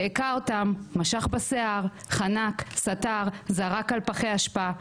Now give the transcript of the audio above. הכה, משך בשיער, חנק, סטר, זרק על פחי אשפה ילדים.